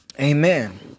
Amen